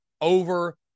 over